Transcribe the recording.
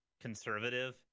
conservative